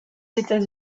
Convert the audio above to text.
états